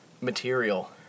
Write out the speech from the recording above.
material